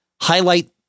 highlight